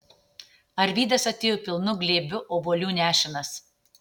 arvydas atėjo pilnu glėbiu obuolių nešinas